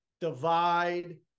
divide